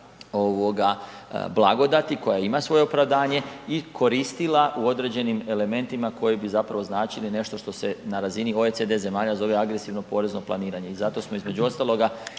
blagodati, koja ima svoje opravdanje i koristila u određenim elementima koji bi zapravo značili nešto što se na razini OECD zemalja zove agresivno porezno planiranje. I zato smo između ostaloga